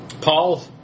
Paul